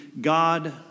God